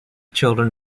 children